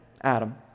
Adam